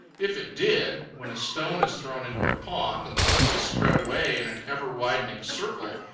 if it did, when a stone is thrown into a pond and the ripples spread away in an ever widening circle,